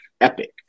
epic